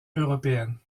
européenne